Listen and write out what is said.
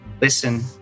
listen